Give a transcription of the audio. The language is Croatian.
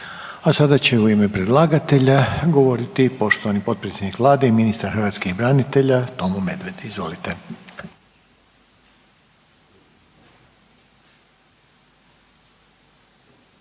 I sada će u ime predlagatelja završno govoriti potpredsjednik Vlade i ministar hrvatskih branitelja, poštovani Tomo Medved. Izvolite.